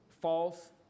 false